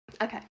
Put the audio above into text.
okay